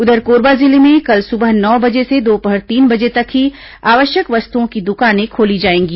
उधर कोरबा जिले में कल सुबह नौ बजे से दोपहर तीन बजे तक ही आवश्यक वस्तुओं की दुकानें खोली जाएंगी